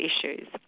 issues